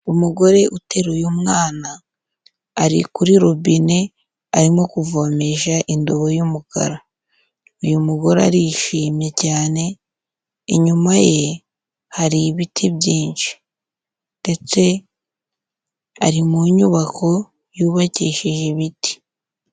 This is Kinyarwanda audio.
Umugore uteruye umwana, ari kuri robine, arimo kuvomesha indobo y'umukara, uyu mugore arishimye cyane, inyuma ye hari ibiti byinshi, ndetse ari mu nyubako yubakishije ibiti.